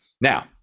now